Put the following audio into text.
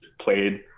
played